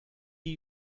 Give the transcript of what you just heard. die